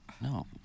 No